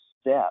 step